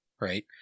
right